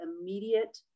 immediate